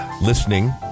listening